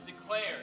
declared